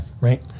Right